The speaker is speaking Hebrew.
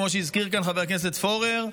כמו שהזכיר כאן חבר הכנסת פורר,